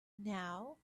now